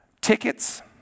tickets